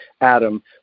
Adam